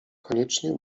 koniecznie